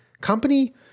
company